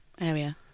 area